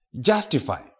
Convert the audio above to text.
justify